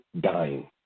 dying